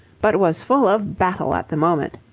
but was full of battle at the moment,